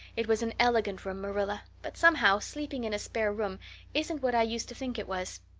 it was an elegant room, marilla, but somehow sleeping in a spare room isn't what i used to think it was.